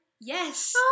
Yes